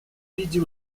виде